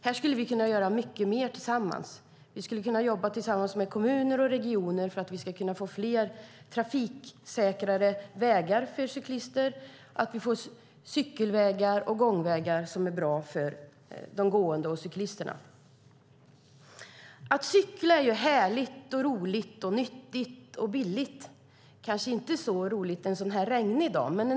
Här skulle vi kunna göra mycket mer tillsammans med kommuner och regioner för att få fler trafiksäkra vägar för cyklister och cykelvägar och gångvägar som är bra för cyklister och gående. Att cykla är härligt, roligt, nyttigt och billigt - ja, kanske inte så roligt en sådan här regnig dag.